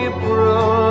April